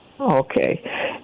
Okay